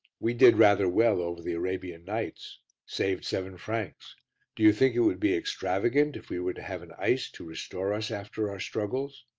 we did rather well over the arabian nights saved seven francs do you think it would be extravagant if we were to have an ice to restore us after our struggles?